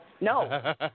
No